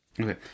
Okay